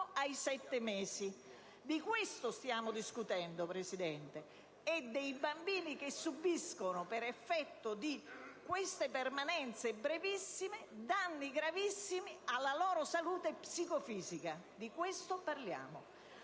ai sette mesi. Di questo stiamo discutendo, Presidente, e dei bambini che subiscono, per effetto di queste permanenze assai brevi, danni gravissimi per la loro salute psicofisica. Di questo parliamo.